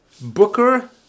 Booker